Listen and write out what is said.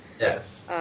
Yes